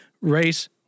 race